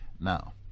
Now